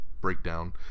breakdown